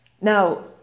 now